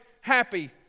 happy